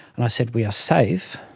and i said, we are safe.